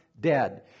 dead